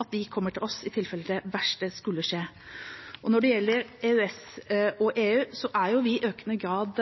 at de kommer til oss i tilfelle det verste skulle skje. Når det gjelder EØS og EU, er vi i økende grad